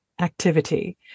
activity